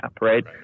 right